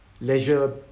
leisure